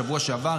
שבוע שעבר,